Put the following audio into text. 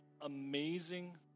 amazing